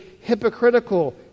hypocritical